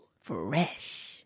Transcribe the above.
Fresh